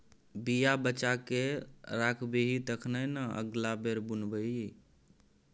बीया बचा कए राखबिही तखने न अगिला बेर बुनबिही